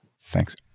Thanks